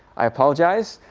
i apologize.